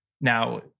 Now